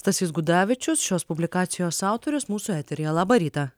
stasys gudavičius šios publikacijos autorius mūsų eteryje labą rytą